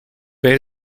per